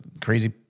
crazy